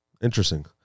Interesting